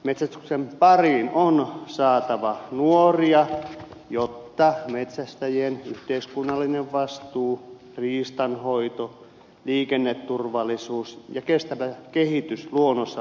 metsästyksen pariin on saatava nuoria jotta metsästäjien yhteiskunnallinen vastuu riistanhoito liikenneturvallisuus ja kestävä kehitys luonnossa voi toteutua